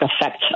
effect